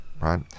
right